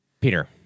Peter